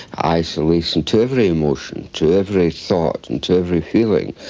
isolation, to every emotion, to every thought and to every feeling,